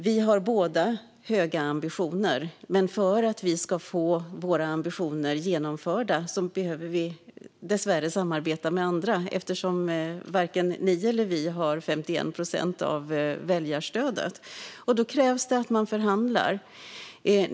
Vi har båda höga ambitioner, Lotta Johnsson Fornarve, men för att vi ska få våra ambitioner genomförda behöver vi dessvärre samarbeta med andra eftersom varken Vänsterpartiet eller Kristdemokraterna har 51 procent av väljarstödet. Då krävs det att man förhandlar.